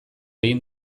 egin